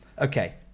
Okay